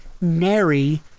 nary